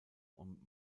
und